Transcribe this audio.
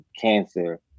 cancer